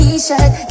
T-shirt